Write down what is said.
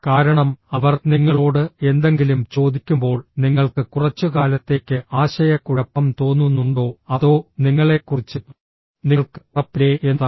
കാരണം അവർ നിങ്ങളോട് എന്തെങ്കിലും ചോദിക്കുമ്പോൾ നിങ്ങൾക്ക് കുറച്ചുകാലത്തേക്ക് ആശയക്കുഴപ്പം തോന്നുന്നുണ്ടോ അതോ നിങ്ങളെക്കുറിച്ച് നിങ്ങൾക്ക് ഉറപ്പില്ലേ എന്നതാണ്